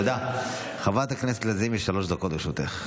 חברת הכנסת לזימי, שלוש דקות לרשותך.